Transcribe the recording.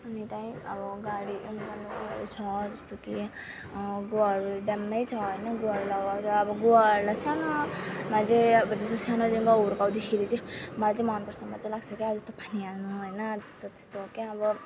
अनि त्यही अब गाडी गुवाहरू ड्याम्मै छ होइन गुवाहरू लगाउँछ अब गुवाहरूलाई सानोमा चाहिँ अब जस्तो सानोदेखिको हुर्काउँदाखेरि चाहिँ मलाई चाहिँ मनपर्छ मजा लाग्छ क्या जस्तो पानी हाल्न होइन त्यस्तो त्यस्तो के अब